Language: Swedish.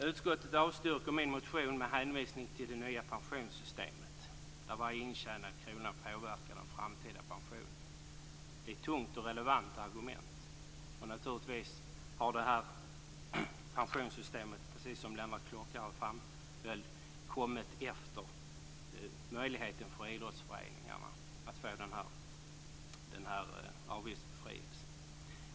Utskottet avstyrker min motion med hänvisning till det nya pensionssystemet där varje intjänad krona påverkar den framtida pensionen. Det är ett tungt och relevant argument. Naturligtvis har pensionssystemet - precis som Lennart Klockare framhöll - kommit efter möjligheten för idrottsföreningarna att få avgiftsbefrielse.